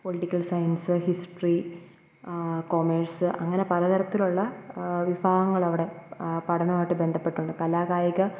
political science history commerce അങ്ങനെ പല തരത്തിലുള്ള വിഭാഗങ്ങളവിടെ പഠനമായിട്ട് ബന്ധപ്പെട്ടുണ്ട് കലാകായിക